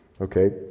okay